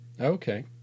Okay